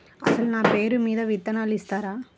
అసలు నా పేరు మీద విత్తనాలు ఇస్తారా?